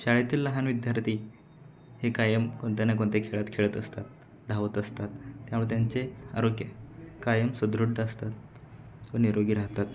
शाळेतील लहान विद्यार्थी हे कायम कोणत्या ना कोणत्या खेळात खेळत असतात धावत असतात त्यामुळे त्यांचे आरोग्य कायम सुदृद्ध असतात सो निरोगी राहतात